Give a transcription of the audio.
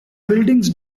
buildings